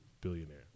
billionaire